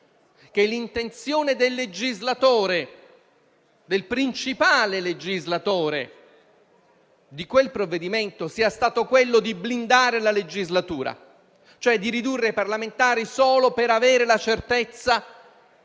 che l'intenzione del principale legislatore di quel provvedimento sia quella di blindare la legislatura, cioè di ridurre i parlamentari solo per avere la certezza